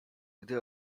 gdy